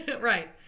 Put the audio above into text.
Right